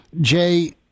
Jay